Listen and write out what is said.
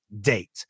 date